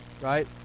right